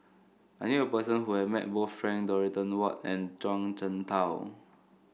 I knew a person who have met both Frank Dorrington Ward and Zhuang Shengtao